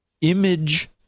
image